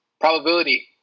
probability